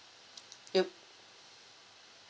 you